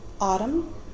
autumn